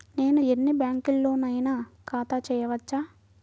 నేను ఎన్ని బ్యాంకులలోనైనా ఖాతా చేయవచ్చా?